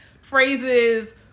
phrases